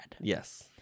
Yes